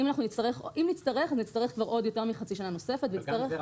אם נצטרך אז נצטרך כבר עוד יותר מחצי שנה נוספת --- סליחה,